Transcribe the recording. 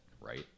right